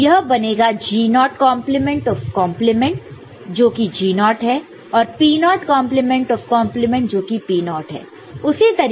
तो यह बनेगा G0 naught naught complement of complement जोकि G0 नॉट naught है और P0 naught naught complement of complement जोकि P0 नॉट naught है